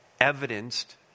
evidenced